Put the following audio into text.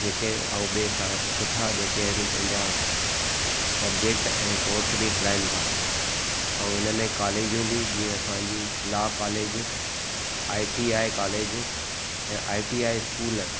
जेके ऐं ॿिए सां सुठा जेके आहिनि पंहिंजा सब्जेक्ट ऐं कोर्स बि हलाइनि था ऐं हिन में कॉलेजूं बि असांजी law college I T I college ऐं आई टी आई स्कूल